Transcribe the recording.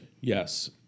Yes